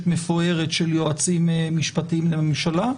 מפוארת של יועצים משפטיים לממשלה,